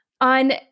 On